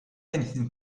anything